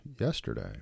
yesterday